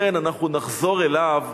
לכן אנחנו נחזור אליו,